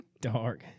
dark